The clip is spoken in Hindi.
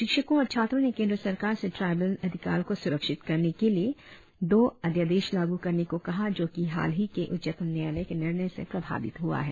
शिक्षकों और छात्रों ने केंद्र सरकार से ट्राईबल अधिकारों को सुरक्षित करने लिए दो अध्यादेश लागू करने को कहा जो कि हाल ही के उच्चतम न्यायालय के निर्णय से प्रभावित हुआ है